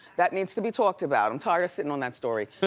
that needs to be talked about. i'm tired of sitting on that story.